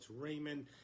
Raymond